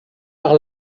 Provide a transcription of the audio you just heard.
par